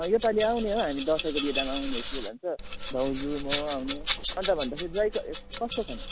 यो पालि आउने हौ हामी दसैँको बिदामा आउने के भन्छ भाउजू म आउने अन्त भन्दाखेरि ज्वाइँ कस्तो छन्